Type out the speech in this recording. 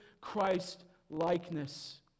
Christ-likeness